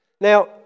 Now